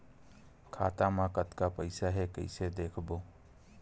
खाता मा कतका पईसा हे कइसे देखबो?